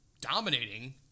dominating